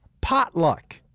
potluck